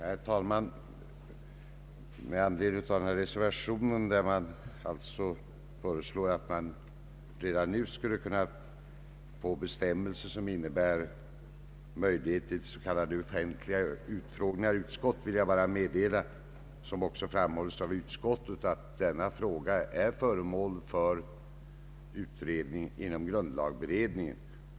Herr talman! Med anledning av den reservation i vilken det föreslås att man redan nu skulle få bestämmelser om s.k. offentliga utfrågningar i utskott vill jag bara meddela att denna fråga är — vilket också framhålles av utskottet — föremål för utredning inom grundlagberedningen.